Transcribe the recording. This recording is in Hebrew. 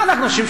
מה אתם חושבים,